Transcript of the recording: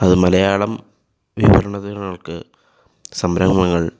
അത് മലയാളം വിവരണതകൾക്ക് സംരംഭങ്ങൾ